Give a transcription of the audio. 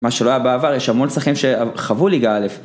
מה שלא היה בעבר, יש המון צרכים שחוו ליגה א',